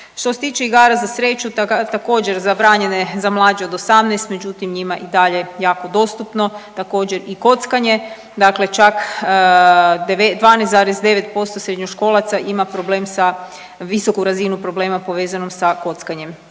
Što se tiče igara za sreću također zabranjene za mlađe od 18, međutim njima i dalje jako dostupno, također i kockanje. Dakle čak 12,9% srednjoškolaca ima problem sa, visoku razinu problema povezanu sa kockanjem.